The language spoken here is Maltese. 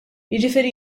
jiġifieri